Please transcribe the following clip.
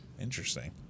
Interesting